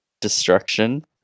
destruction